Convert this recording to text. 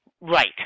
Right